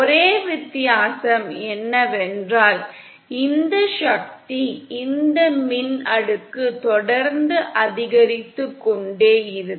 ஒரே வித்தியாசம் என்னவென்றால் இந்த சக்தி இந்த மின் அடுக்கு தொடர்ந்து அதிகரித்துக்கொண்டே இருக்கும்